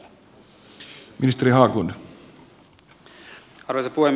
arvoisa puhemies